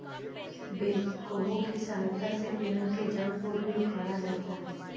backhoe की सहायता से पेड़ के जड़ को भी उखाड़ा जाता है